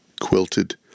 quilted